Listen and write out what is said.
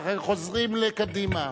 ואחר כך חוזרים לקדימה.